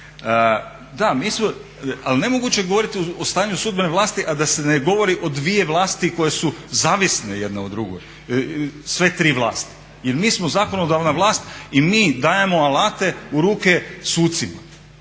Da mi smo, ali nemoguće je govoriti o stanju sudbene vlasti a da se ne govori o dvije vlasti koje su zavisne jedna o drugoj, sve tri vlasti. Jer mi smo zakonodavna vlast i mi dajemo alate u ruke sucima.